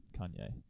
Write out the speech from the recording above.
Kanye